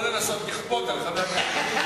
לא לנסות לכפות את זה על חבר הכנסת טיבי.